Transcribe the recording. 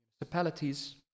municipalities